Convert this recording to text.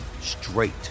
straight